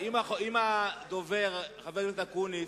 אם הדובר, חבר הכנסת אקוניס,